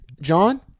John